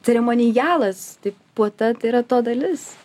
ceremonijalas tai puota tai yra to dalis